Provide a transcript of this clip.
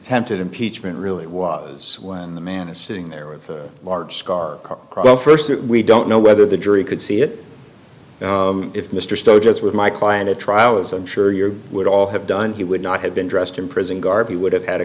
attempted impeachment really was when the man is sitting there with a large scar we don't know whether the jury could see it if mr sturgis with my client at trial as i'm sure you would all have done he would not have been dressed in prison garb he would have had a